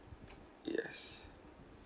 yes